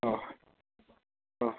હઁ હઁ